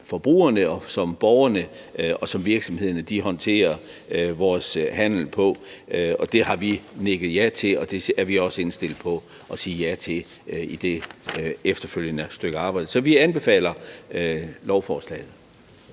forbrugerne, som borgerne, og som virksomhederne håndterer handelen på. Det har vi nikket ja til, og det er vi også indstillet på at sige ja til i det efterfølgende stykke arbejde. Så vi anbefaler lovforslaget.